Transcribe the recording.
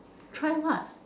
drive what